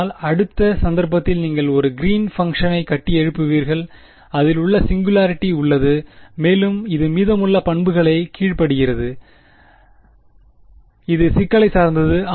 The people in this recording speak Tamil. ஆனால் அடுத்த சந்தர்ப்பத்தில் நீங்கள் ஒரு கிறீன் பங்ஷனை கட்டியெழுப்புவீர்கள் அதில் ஒரு சிங்குலாரிட்டி உள்ளது மேலும் இது மீதமுள்ள பண்புகளுக்குக் கீழ்ப்படிகிறது இது சிக்கலைச் சார்ந்தது